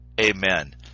Amen